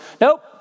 nope